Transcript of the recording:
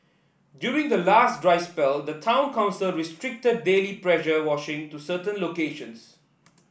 during the last dry spell the town council restricted daily pressure washing to certain locations